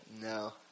No